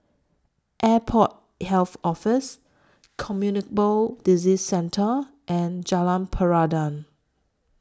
Airport Health Office Communicable Disease Centre and Jalan Peradun